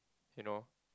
you know